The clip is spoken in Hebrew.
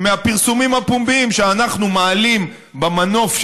מהפרסומים הפומביים שאנחנו מעלים במנוף,